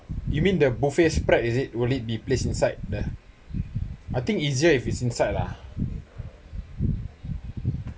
you mean the buffet spread is it will it be placed inside the I think easier if it's inside lah